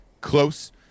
close